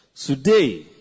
Today